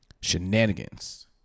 shenanigans